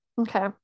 Okay